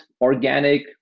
organic